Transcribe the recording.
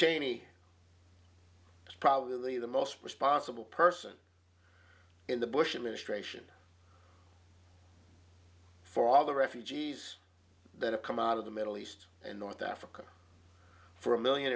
cheney is probably the most responsible person in the bush administration for all the refugees that have come out of the middle east and north africa for a million